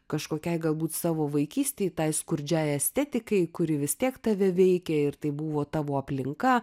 kažkokiai galbūt savo vaikystei tai skurdžiai estetikai kuri vis tiek tave veikė ir tai buvo tavo aplinka